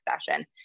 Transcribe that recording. session